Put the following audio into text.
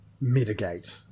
mitigate